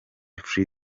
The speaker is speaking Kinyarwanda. free